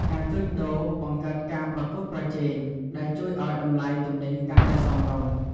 ការជួញដូរ បង្កើតការប្រកួតប្រជែង ដែលជួយឱ្យតម្លៃទំនិញកាន់តែសមរម្យ។